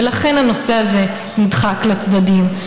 ולכן הנושא הזה נדחק לצדדים,